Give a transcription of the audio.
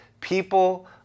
People